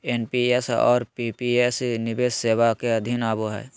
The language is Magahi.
एन.पी.एस और पी.पी.एस निवेश सेवा के अधीन आवो हय